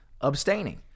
abstaining